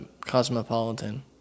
cosmopolitan